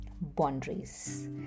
Boundaries